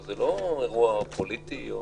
זה לא אירוע פוליטי או